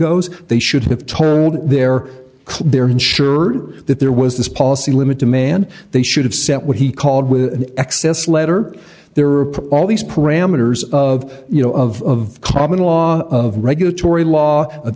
goes they should have told their club their ensure that there was this policy limit demand they should have set what he called with an excess letter there are all these parameters of you know of common law of regulatory law